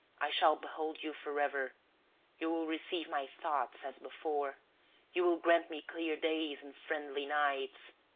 i shall behold you forever you will receive my thoughts, as before you will grant me clear days, and friendly nights.